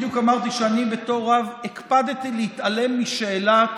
בדיוק אמרתי שאני בתור רב הקפדתי להתעלם משאלת